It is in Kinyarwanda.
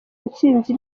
intsinzi